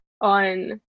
on